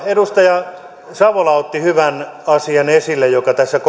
edustaja savola otti hyvän asian esille se on tässä